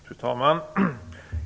Fru talman!